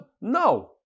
No